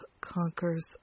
conquers